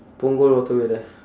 punggol waterway there